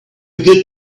good